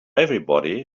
everybody